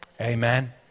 Amen